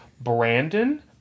Brandon